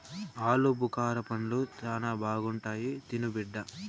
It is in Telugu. ఆలుబుకారా పండ్లు శానా బాగుంటాయి తిను బిడ్డ